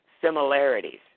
Similarities